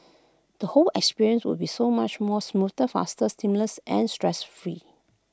the whole experience would be so much more smoother faster seamless and stress free